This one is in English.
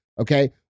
Okay